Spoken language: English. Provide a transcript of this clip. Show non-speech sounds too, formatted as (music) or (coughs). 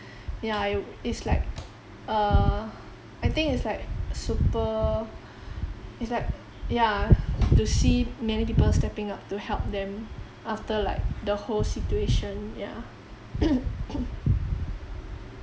ya I would it's like uh I think it's like super it's like ya to see many people stepping up to help them after like the whole situation yeah (coughs)